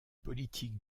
politique